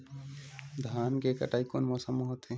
धान के कटाई कोन मौसम मा होथे?